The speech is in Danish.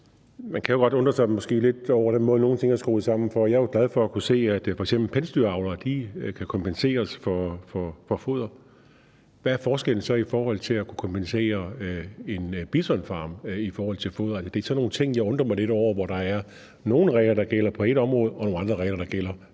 jo godt undre sig lidt over den måde, nogle ting er skruet sammen på. Jeg er jo glad for at kunne se, at f.eks. pelsdyravlere kan kompenseres i forhold til foder, men hvad er forskellen så i forhold til at kunne kompensere en bisonfarm i forhold til foder? Altså, det er sådan nogle ting, jeg undrer mig lidt over, hvor der er nogle regler, der gælder på ét område, og nogle andre regler, der gælder på et andet.